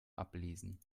ablesen